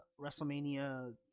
WrestleMania